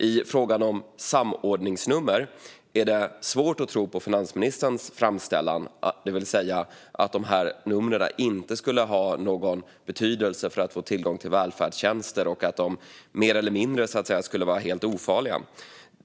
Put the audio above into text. I frågan om samordningsnummer är det svårt att tro på finansministerns framställning, det vill säga att dessa nummer inte skulle ha någon betydelse för att få tillgång till välfärdstjänster och att de mer eller mindre skulle vara helt ofarliga.